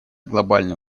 глобальные